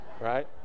right